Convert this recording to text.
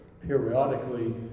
periodically